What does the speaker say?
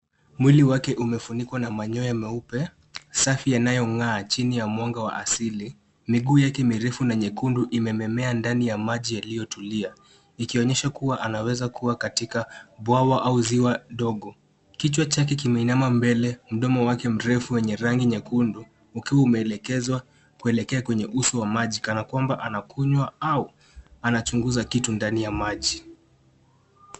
Mwili wake umefunikwa na manyoya meupe, safi, yanayong'aa chini ya mwanga wa asili. Miguu yake mirefu na nyekundu imemea ndani ya maji yaliyotulia; ikionyesha kuwa anaweza kuwa katika bwawa au nziwa ndogo. Kichwa chake kimeinama mbele, mdomo wake mrefu wenye rangi nyekundu, ukiwa umeelekezwa kuelekea kwenye uso wa maji kana kwamba anakunywa au anachunguza kitu ndani ya maji.